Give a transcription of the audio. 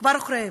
כבר מאחוריהם.